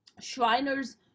Shriners